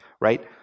right